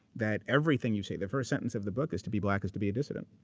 that everything you say. the first sentence of the book is to be black is to be a dissident.